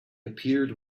appeared